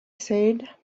said